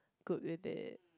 good with it